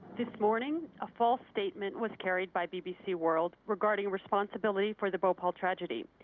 this morning a false statement was carried by bbc world regarding responsibility for the bhopal tragedy.